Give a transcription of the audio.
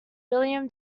william